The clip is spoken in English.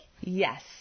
Yes